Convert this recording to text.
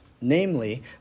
Namely